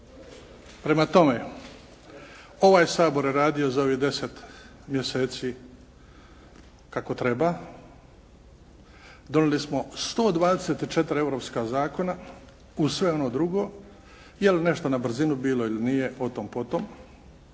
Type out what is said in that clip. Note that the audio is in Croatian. Prema tome ovaj Sabor je radio za ovih 10 mjeseci kako treba. Donijeli smo 124 europska zakona uz sve ono drugo, je li nešto na brzinu bilo ili nije o tom potom.